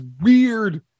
weird